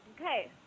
Okay